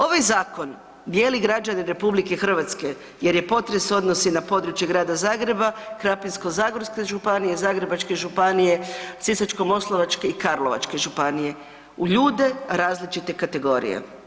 Ovaj zakon dijeli građane RH jer se potres odnosi na područje grada Zagreba, Krapinsko-zagorske županije, Zagrebačke županije, Sisačko-moslavačke i Karlovačke županije, u ljude različite kategorije.